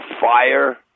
fire